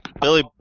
Billy